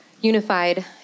unified